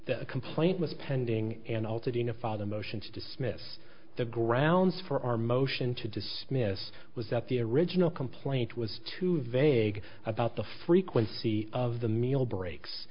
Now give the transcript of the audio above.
the complaint was pending an altered unify the motion to dismiss the grounds for our motion to dismiss was that the original complaint was too vague about the frequency of the meal breaks